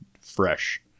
fresh